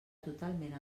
totalment